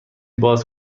باز